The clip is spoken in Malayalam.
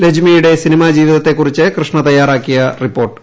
ലജ്മിയുടെ സിനിമാജീവിതത്തെ കുറിച്ച് കൃഷ്ണ തയാറാക്കിയ റിപ്പോർട്ട്